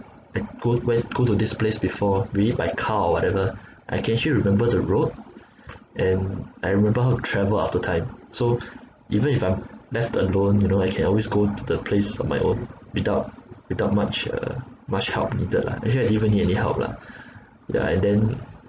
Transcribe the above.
I go where go to this place before maybe by car or whatever I can still remember the road and I remember how to travel after time so even if I'm left alone you know I can always go to the place on my own without without much uh much help needed lah actually I didn't even need any help lah yeah and then